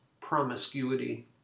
promiscuity